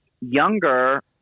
younger